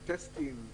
טסטים,